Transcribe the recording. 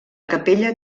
capella